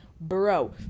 bro